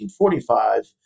1945